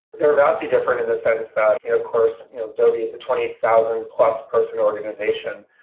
they're vastly different in the sense of course, adobe is a twenty thousand plus person organization.